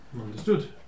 Understood